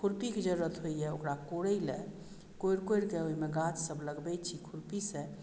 खुरपीके जरूरत होइए ओकरा कोड़य लेल कोड़ि कोड़िके ओहिमे गाछसभ लगबैत छी खुरपीसँ